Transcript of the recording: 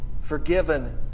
forgiven